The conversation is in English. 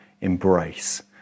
embrace